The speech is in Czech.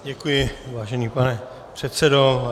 Děkuji, vážený pane předsedo.